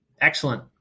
Excellent